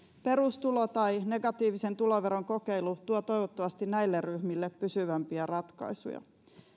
perustulo tai negatiivisen tuloveron kokeilu tuo toivottavasti näille ryhmille pysyvämpiä ratkaisuja